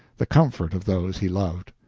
the comfort of those he loved.